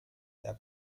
der